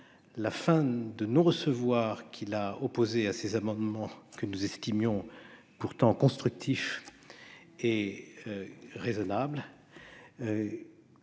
la fin de non-recevoir qu'il a opposée à nos amendements, que nous estimions pourtant constructifs et raisonnables,